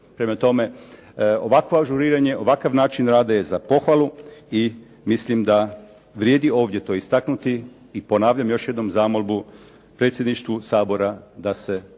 Prema tome, ovakvo ažuriranje, ovakav način rada je za pohvalu i mislim da vrijedi ovdje to istaknuti i ponavljam još jednom zamolbu predsjedništvu Sabora da se